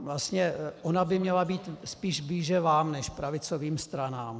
Vlastně ona by měla být spíše blíže vám než pravicovým stranám.